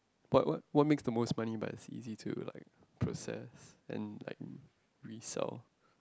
what what what makes the most money but is easy to like process and like resell